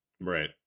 Right